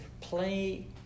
play